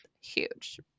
huge